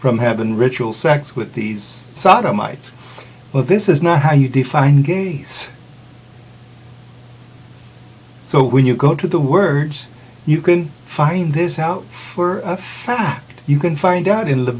from having ritual sex with these sot i might's well this is not how you define gays so when you go to the words you can find this out for a fact you can find out in the